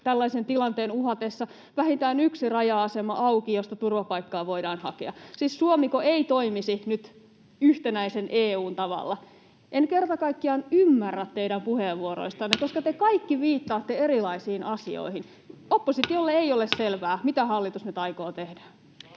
tällaisen tilanteen uhatessa vähintään yksi raja-asema auki, josta turvapaikkaa voidaan hakea. Siis Suomiko ei toimisi nyt yhtenäisen EU:n tavalla? En kerta kaikkiaan ymmärrä teidän puheenvuorojanne, koska te kaikki viittaatte erilaisiin asioihin. Oppositiolle ei ole selvää, mitä hallitus nyt aikoo tehdä.